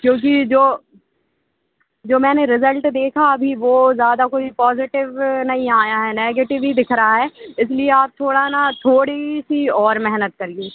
क्योंकि जो जो मैंने रिज़ल्ट देखा अभी वो ज्यादा कोई पॉजिटिव नहीं आया है नेगेटिव ही दिख रहा है इसलिए आप थोड़ा ना थोड़ी सी और मेहनत करिए